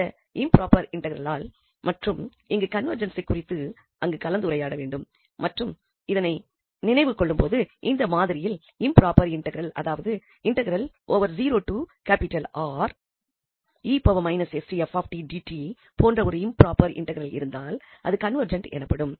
இந்த இம்ப்ராபர் இன்டெக்ரலால் மற்றும் அங்கு கன்வர்ஜென்ஸ் குறித்து அங்கு கலந்துரையாடவேண்டும் மற்றும் இதனை நினைவு கொள்ளும்போது இந்த மாதிரியில் இம்ப்ராபர் இன்டெக்ரல் அதாவது போன்ற ஒரு இம்ப்ராபர் இன்டெக்ரல் இருந்தால் அது கன்வெர்ஜெண்ட் எனப்படும்